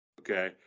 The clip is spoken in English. Okay